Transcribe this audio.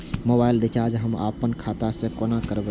Mobile recharge हम आपन खाता से कोना करबै?